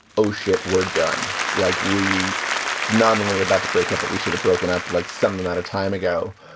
oh, shit, we're done. like, we not only are about to break up, but we should have broken up, like, some amount of time ago.